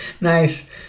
Nice